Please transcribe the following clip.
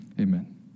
Amen